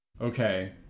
Okay